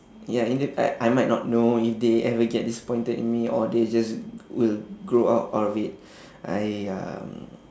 ya in the I I might not know if they ever get disappointed in me or they just will grow out of it I um